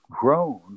grown